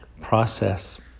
process